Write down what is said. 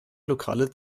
lokale